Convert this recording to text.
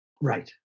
Right